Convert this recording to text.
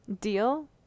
Deal